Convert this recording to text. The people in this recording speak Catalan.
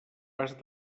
has